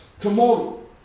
tomorrow